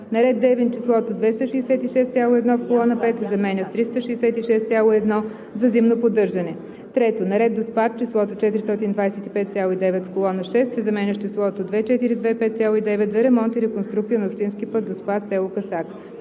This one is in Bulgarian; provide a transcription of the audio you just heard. На ред Девин числото „266,1“ в колона 5 се заменя с „366,1“ – за зимно поддържане 3. на ред Доспат числото „425,9“ в колона 6 се заменя с числото „2 425,9“ – за ремонт и реконструкция на общински път Доспат – село Късак;